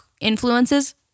influences